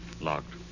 Locked